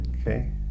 Okay